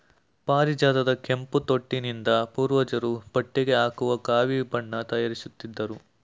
ಪಾರಿಜಾತದ ಕೆಂಪು ತೊಟ್ಟಿನಿಂದ ಪೂರ್ವಜರು ಬಟ್ಟೆಗೆ ಹಾಕುವ ಕಾವಿ ಬಣ್ಣ ತಯಾರಿಸುತ್ತಿದ್ರು